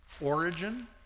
origin